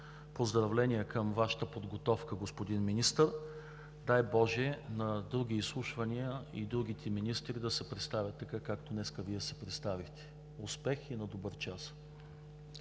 Поздравления към Вашата подготовка, господин Министър! Дай боже на другите изслушвания и другите министри да се представят така, както днес Вие се представихте! Успех и на добър час!